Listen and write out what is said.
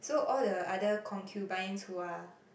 so all the other concubines who are